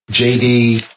JD